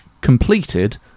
completed